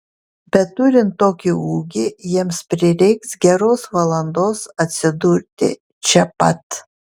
bet turint tokį ūgį jiems prireiks geros valandos atsidurti čia pat